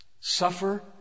suffer